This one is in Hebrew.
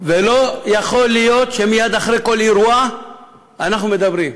ולא יכול להיות שמייד אחרי כל אירוע אנחנו מדברים,